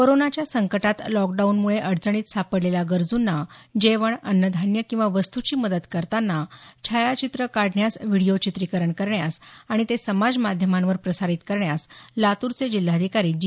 कोरोनाच्या संकटात लॉकडाऊनमुळे अडचणीत सापडलेल्या गरजूंना जेवण अन्नधान्य किंवा वस्तूची मदत करताना छायाचित्र काढण्यास व्हिडिओ चित्रीकरण करण्यास आणि ते समाजमाध्यमांवर प्रसारित करण्यास लातूरचे जिल्हाधिकारी जी